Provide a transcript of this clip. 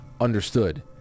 understood